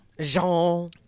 Jean